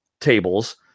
tables